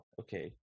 Okay